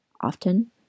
Often